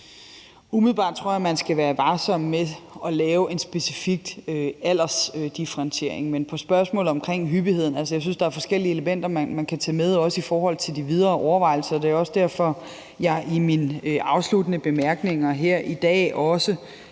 Umiddelbart tror jeg, at man skal være varsom med at lave en specifik aldersdifferentiering, men til spørgsmålet om hyppigheden, vil jeg sige, at jeg synes, der er forskellige elementer, man kan tage med i de videre overvejelser. Det er også derfor, jeg i mine afsluttende bemærkninger her i dag